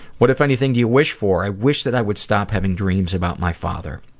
what, if anything, do you wish for i wish that i would stop having dreams about my father.